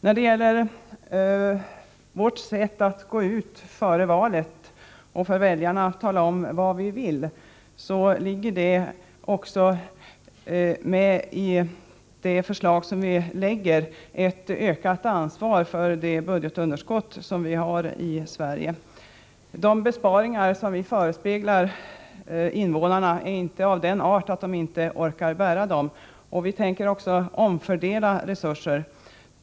När vi före valet går ut och talar om för väljarna vad vi vill, redogör vi också för de förslag som innebär att vi tar ett ökat ansvar för budgetunderskottet i Sverige. De besparingar vi föreslår är inte av den arten att invånarna inte orkar bära dem. Vi tänker också omfördela resurser.